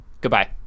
Goodbye